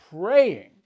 praying